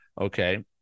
Okay